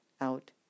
out